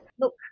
look